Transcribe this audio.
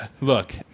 Look